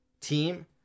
team